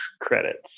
credits